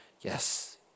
yes